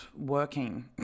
working